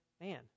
man